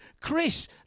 chris